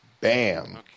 Bam